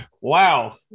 wow